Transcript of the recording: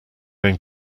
going